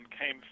came